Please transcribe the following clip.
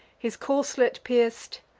his corslet pierc'd,